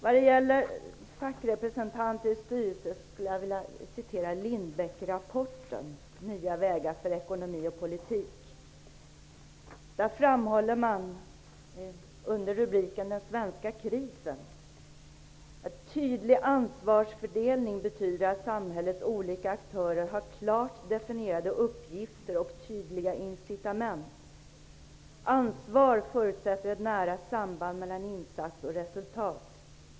När det gäller fackrepresentanter i styrelser skulle jag vilja citera Lindbeckrapporten Nya villkor för ekonomi och politik. Där framhåller man under rubriken ''Den svenska krisen'' att en tydlig ansvarsfördelning betyder att samhällets olika aktörer har klart definierade uppgifter och tydliga incitament. Ansvar förutsätter ett nära samband mellan insats och resultat.